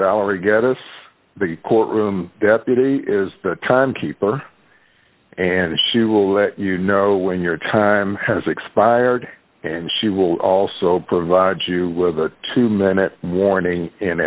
valerie get us the court room deputy is the time keeper and she will let you know when your time has expired and she will also provide you with a two minute warning